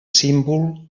símbol